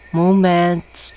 moments